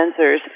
sensors